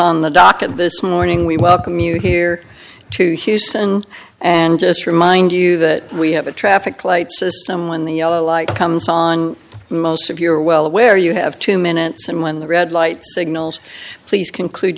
on the docket this morning we welcome you here to houston and just remind you that we have a traffic light system when the yellow light comes on most of you are well aware you have two minutes and when the red light signals please conclude